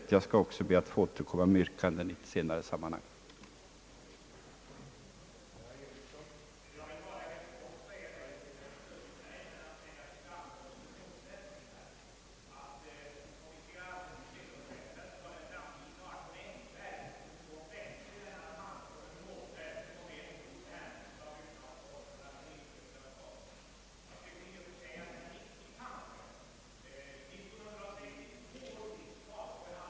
Även jag ber, herr talman, att få återkomma med yrkanden senare men yrkar nu bifall till utskottets hemställan i punkten 1.